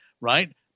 right